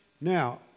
Now